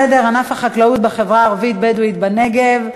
הצעה לסדר-היום: ענף החקלאות בחברה הערבית-בדואית בנגב.